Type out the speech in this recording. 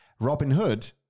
Robinhood